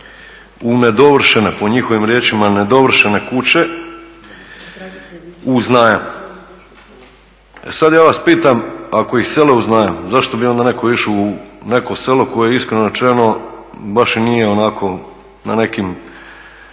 u nedovršene. po njihovom riječima, nedovršene kuće uz najam. E sada ja vas pitam, ako ih sele uz najam, zašto bi onda netko išao u neko selo koje iskreno rečeno baš i nije onako na nekim